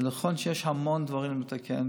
ונכון שיש המון דברים לתקן,